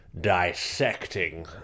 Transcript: dissecting